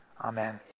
amen